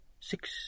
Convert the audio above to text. six